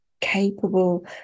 capable